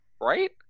Right